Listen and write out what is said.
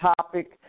topic